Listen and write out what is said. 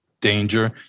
danger